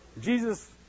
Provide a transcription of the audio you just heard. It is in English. Jesus